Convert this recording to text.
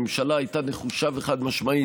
הממשלה הייתה נחושה וחד-משמעית,